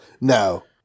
No